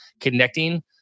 connecting